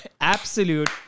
absolute